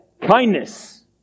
kindness